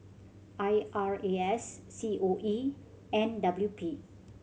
I R A S C O E and W P